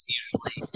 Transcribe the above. usually